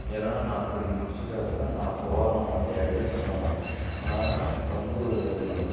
ஏன்னால் நான் அப்படி முடிச்சுட்டாதான் நான் போனால் அந்த இடத்துக்கு போனால் நான் வந்து ஒரு